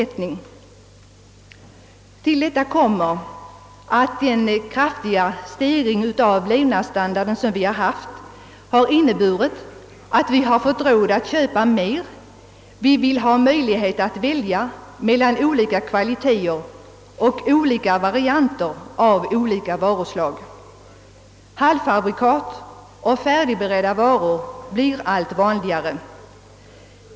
Till detta kommer att den kraftiga höjningen av vår levnadsstandard har medfört att vi fått råd att köpa mer. Vi vill ha möjlighet att välja mellan olika kvaliteter och varianter av olika varuslag. Halvfabrikat och färdigberedda varor blir allt vanligare.